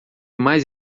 mais